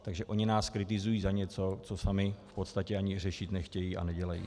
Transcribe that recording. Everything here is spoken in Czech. Takže oni nás kritizují za něco, co sami v podstatě ani řešit nechtějí a nedělají.